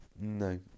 No